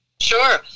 Sure